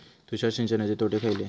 तुषार सिंचनाचे तोटे खयले?